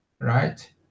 right